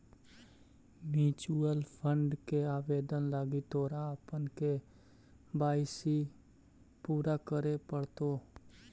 mutual fund के आवेदन लागी तोरा अपन के.वाई.सी पूरा करे पड़तो